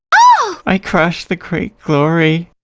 ah i crashed the great glory.